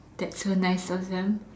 that's so nice of them